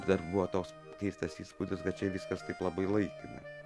dar buvo toks keistas įspūdis kad čia viskas tik labai laikina